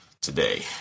today